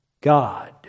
God